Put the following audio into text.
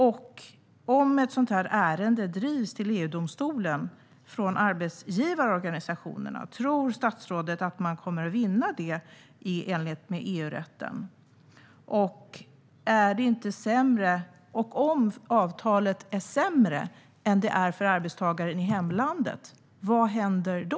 Om en arbetsgivarorganisation driver ett sådant här ärende i EU-domstolen, tror statsrådet då att man kommer att vinna i enlighet med EU-rätten? Och om avtalet är sämre för arbetstagaren än i hemlandet, vad händer då?